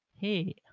hey